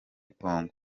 congo